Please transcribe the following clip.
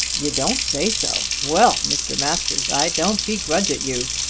you don't say so. well, mr. masters, i don't begrudge it you.